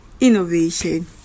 innovation